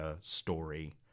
story